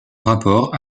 rapport